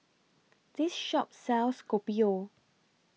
This Shop sells Kopi O